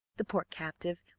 the poor captive,